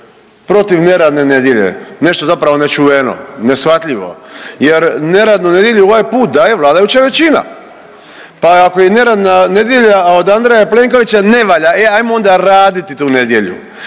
protiv neradne nedjelje. Nešto zapravo nečuveno, neshvatljivo jer neradnu nedjelju ovaj put daje vladajuća većina, pa ako je neradna nedjelja od Andreja Plenkovića ne valja, e hajmo onda raditi tu nedjelju.